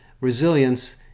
resilience